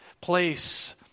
place